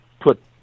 put